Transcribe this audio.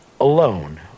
alone